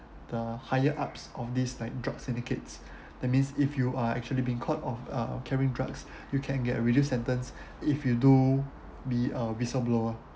the higher ups of this like drug syndicates that means if you are actually been caught off uh carrying drugs you can get a reduced sentence if you do be a whistle blower